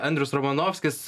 andrius romanovskis